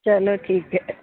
ਚਲੋ ਠੀਕ ਹੈ